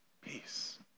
Peace